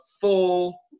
full